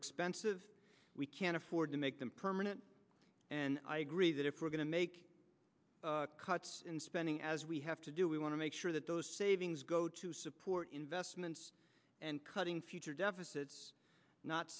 expensive we can't afford to make them permanent and i agree that if we're going to make cuts in spending as we have to do we want to make sure that those savings go to support investments and cutting future deficits not